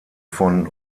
von